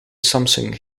samsung